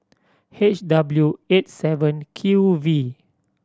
H W eight seven Q V